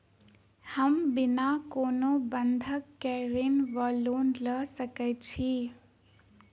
हम बिना कोनो बंधक केँ ऋण वा लोन लऽ सकै छी?